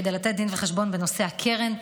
כדי לתת דין וחשבון בנושא הקרן.